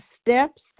steps